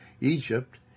Egypt